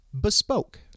bespoke